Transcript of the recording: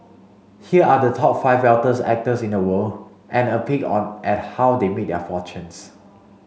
here are the top five wealthiest actors in the world and a peek on at how they made their fortunes